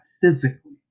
physically